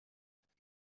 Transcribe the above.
یادتون